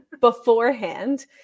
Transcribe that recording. beforehand